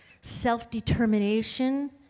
self-determination